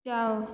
ଯାଅ